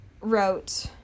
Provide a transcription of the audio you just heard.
wrote